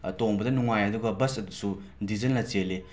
ꯇꯣꯡꯕꯗ ꯅꯨꯡꯉꯥꯏ ꯑꯗꯨꯒ ꯕꯁ ꯑꯗꯨꯁꯨ ꯗꯤꯖꯜꯅ ꯆꯦꯜꯂꯤ